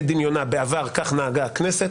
כדמיונה, בעבר כך נהגה הכנסת?